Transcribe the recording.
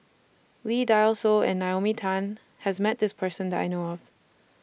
Lee Dai Soh and Naomi Tan has Met This Person that I know of